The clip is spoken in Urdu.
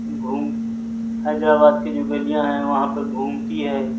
گھوم حیدرآباد کی جو گلیاں ہیں وہاں پہ گھومتی ہے